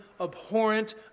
abhorrent